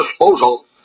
disposal